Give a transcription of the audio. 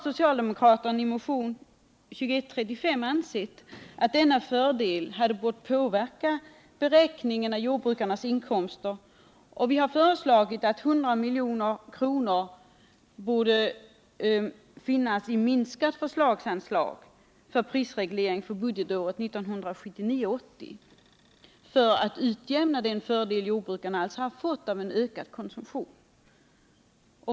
Socialdemokraterna har i motionen 2135 ansett att denna fördel borde ha påverkat beräkningen av jordbrukarnas inkomster. Vi har föreslagit 100 milj.kr. i minskat förslagsanslag för prisreglering för budgetåret 1979/80 för att utjämna den fördel jordbrukarna har fått av en ökad konsumtion.